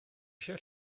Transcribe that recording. eisiau